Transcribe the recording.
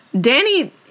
Danny